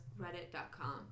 reddit.com